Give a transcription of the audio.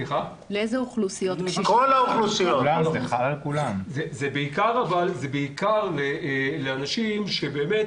לכל האוכלוסיות, אבל זה בעיקר אנשים שבאמת